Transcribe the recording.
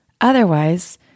Otherwise